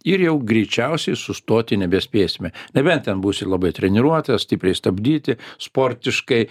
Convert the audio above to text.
ir jau greičiausiai sustoti nebespėsime nebent ten būsi labai treniruotas stipriai stabdyti sportiškai